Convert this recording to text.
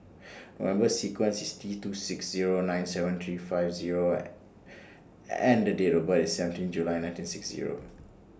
Number sequence IS T two six Zero nine seven three five Zero and Date of birth IS seventeen July nineteen six Zero